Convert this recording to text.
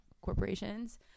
corporations